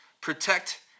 protect